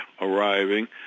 arriving